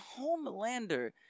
Homelander